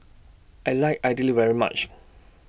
I like Idly very much